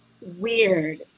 weird